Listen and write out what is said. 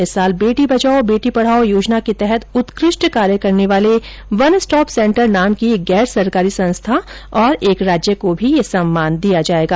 इस वर्ष बेटी बचाओ बेटी पढ़ाओ योजना के तहत उत्कृष्ट कार्य करने वाले वन स्टॉप सेंटर नाम की एक गैर सरकारी संस्था और एक राज्य को भी यह सम्मान दिया जायेगा